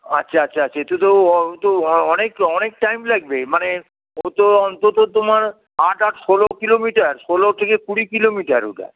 আচ্ছা আচ্ছা আ সে তো ও তো অনেক তো অনেক টাইম লাগবে মানে ও তো অন্তত তোমার আট আট ষোলো কিলোমিটার ষোলো থেকে কুড়ি কিলোমিটার ওটা